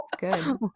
good